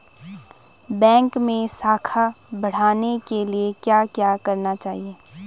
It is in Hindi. बैंक मैं साख बढ़ाने के लिए क्या क्या करना चाहिए?